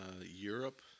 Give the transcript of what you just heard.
Europe